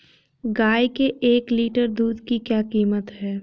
गाय के एक लीटर दूध की क्या कीमत है?